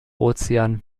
ozean